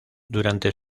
durante